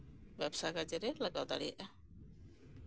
ᱵᱮᱵᱥᱟ ᱠᱟᱡᱮ ᱨᱮ ᱞᱟᱜᱟᱣ ᱫᱟᱲᱮᱭᱟᱜᱼᱟ